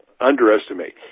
underestimate